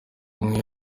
umwe